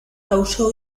causó